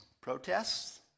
Protests